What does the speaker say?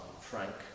Frank